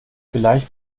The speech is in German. vielleicht